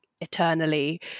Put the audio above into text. eternally